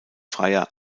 freier